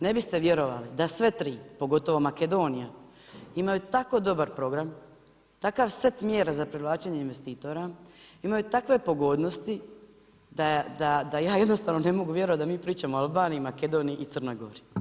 Ne biste vjerovali, da sve 3, pogotovo Makedonija imaju tako dobar program, takav set mjera za privlačenje investitora, imaju takve pogodnosti, da ja jednostavno ne mogu vjerovati, da mi pričamo o Albaniji, Makedoniji i Crnoj Gori.